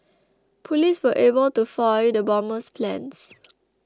police were able to foil the bomber's plans